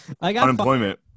unemployment